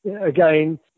again